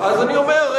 אז אני אומר,